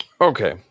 Okay